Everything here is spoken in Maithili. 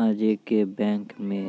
आजे के बैंक मे